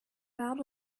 about